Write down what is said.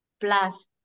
plus